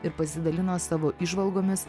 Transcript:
ir pasidalino savo įžvalgomis